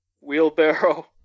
wheelbarrow